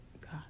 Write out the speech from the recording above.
God